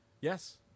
Yes